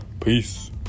Peace